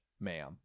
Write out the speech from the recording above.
ma'am